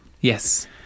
Yes